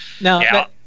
Now